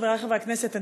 חברי חברי הכנסת,